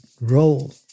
role